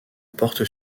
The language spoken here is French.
porte